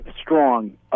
strong